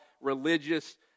religious